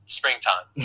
springtime